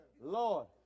Lord